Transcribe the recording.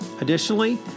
Additionally